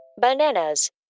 Bananas